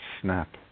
snap